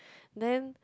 then